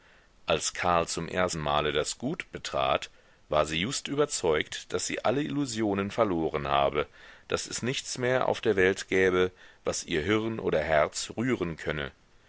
als karl zum ersten male das gut betrat war sie just überzeugt daß sie alle illusionen verloren habe daß es nichts mehr auf der welt gäbe was ihr hirn oder herz rühren könne